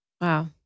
Wow